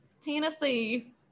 Tennessee